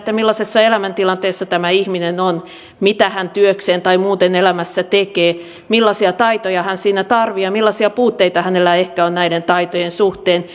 millaisessa elämäntilanteessa tämä ihminen on mitä hän työkseen tai muuten elämässään tekee millaisia taitoja hän siinä tarvitsee ja millaisia puutteita hänellä ehkä on näiden taitojen suhteen